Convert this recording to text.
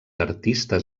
artistes